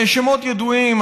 שמות ידועים,